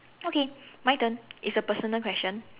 okay my turn it's a personal question